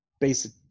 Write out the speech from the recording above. basic